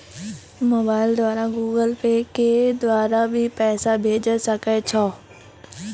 Mobile द्वारा Google Pay के द्वारा भी पैसा भेजै सकै छौ?